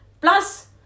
Plus